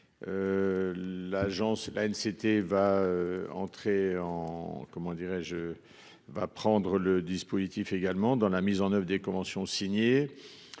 L'agence la une. Va entrer en comment dirais-je. Va prendre le dispositif également dans la mise en oeuvre des conventions signées.